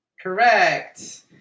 Correct